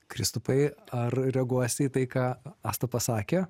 kristupai ar reaguosi į tai ką asta pasakė